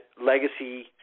legacy